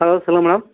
hello சொல்லுங்கள் madam